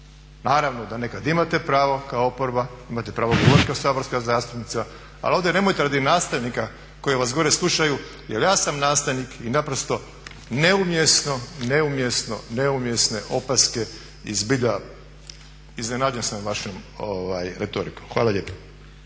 Naravno da nekad imate pravo kao oporba, imate pravo govoriti kao saborska zastupnica ali ovdje nemojte radi nastavnika koji vas gore slušaju jer i ja sam nastavnik i naprosto neumjesno, neumjesno, neumjesne opaske i zbilja iznenađen sam vašom retorikom. Hvala lijepa.